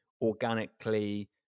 organically